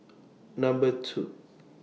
Number two